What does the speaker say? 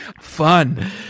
Fun